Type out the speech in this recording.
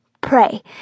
Pray